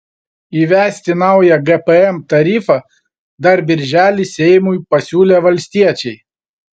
įvesti naują gpm tarifą dar birželį seimui pasiūlė valstiečiai